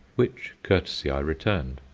which courtesy i returned.